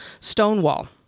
stonewall